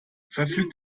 verfügt